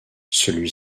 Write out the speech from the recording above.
celui